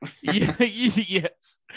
Yes